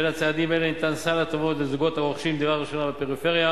בין צעדים אלה ניתן סל הטבות לזוגות הרוכשים דירה ראשונה בפריפריה,